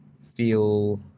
feel